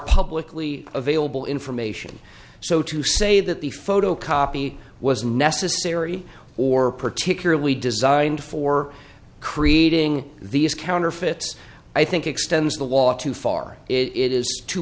publicly available information so to say that the photocopy was necessary or particularly designed for creating these counterfeits i think extends the law too far it is too